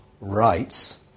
rights